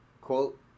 Quote